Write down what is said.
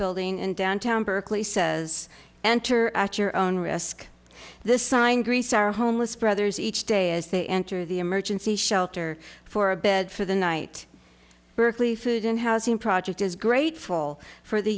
building in downtown berkeley says enter at your own risk this sign greece our homeless brothers each day as they enter the emergency shelter for a bed for the night berkeley food and housing project is grateful for the